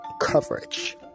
coverage